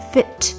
Fit